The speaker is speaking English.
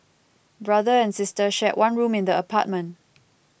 brother and sister shared one room in the apartment